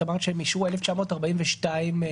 אמרת שהם אישרו 1,942 בקשות